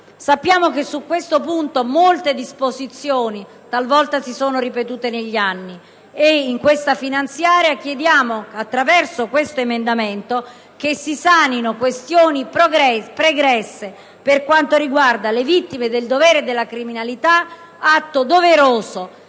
Sappiamo che su questo punto molte disposizioni si sono ripetute negli anni. In questa finanziaria, attraverso questo emendamento, chiediamo che si sanino questioni pregresse per quanto riguarda le vittime del dovere e della criminalità, atto doveroso